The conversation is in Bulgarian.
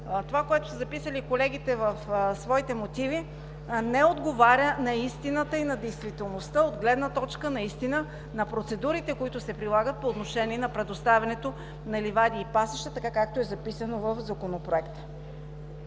Това, което са записали колегите в своите мотиви, не отговаря на истината и на действителността от гледна точка на процедурите, които се прилагат по отношение на предоставянето на ливади и пасища, така както е записано в Законопроекта.